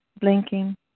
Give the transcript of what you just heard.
blinking